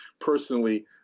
personally